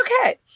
okay